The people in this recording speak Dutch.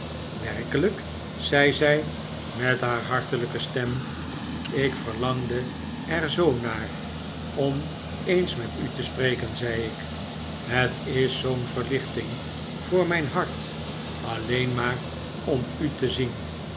werkelijk zei zij met haar hartelijke stem ik verlangde er zoo naar om eens met u te spreken zei ik het is zoo'n verlichting voor mijn hart alleen maar om u te zien